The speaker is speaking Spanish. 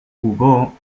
jugó